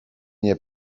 nie